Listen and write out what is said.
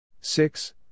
six